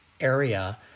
area